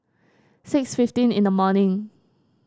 six fifteen in the morning